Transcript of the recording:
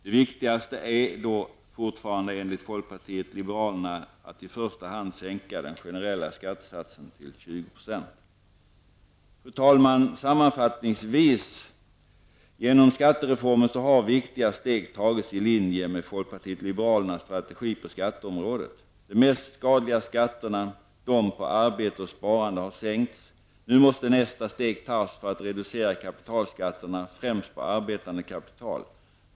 Det viktigaste är dock enligt folkpartiet liberalerna att i första hand sänka den generella skattesatsen till 20 %. Fru talman! Sammanfattningsvis har genom skattereformen viktiga steg tagits i linje med folkpartiet liberalernas strategi på skatteområdet. De mest skadliga skatterna, de på arbete och sparande, har sänkts. Nu måste nästa steg tas för att reducera kapitalskatterna, främst på arbetande kapital.